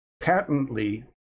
patently